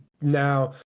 now